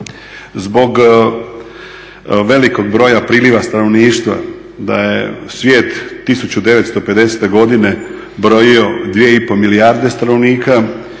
Zbog velikog broja priliva stanovništva da je svijet 1950. godine brojio 2,5 milijarde stanovnika